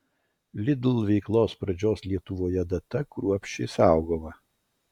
lidl veiklos pradžios lietuvoje data kruopščiai saugoma